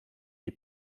die